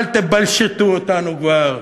אל תבלשטו אותנו כבר.